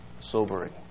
sobering